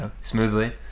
smoothly